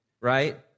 right